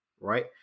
right